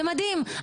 זה מדהים.